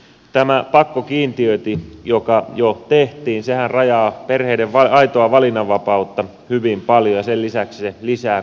tämä pakkokiintiöintihän joka jo tehtiin rajaa perheiden aitoa valinnanvapautta hyvin paljon ja sen lisäksi se lisää kustannuksia